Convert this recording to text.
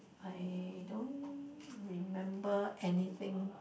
I don't remember anything